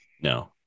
No